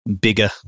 bigger